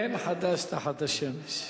אין חדש תחת השמש.